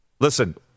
Listen